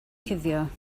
cuddio